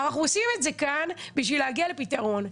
אנחנו עושים את זה כאן בשביל להגיע לפתרון.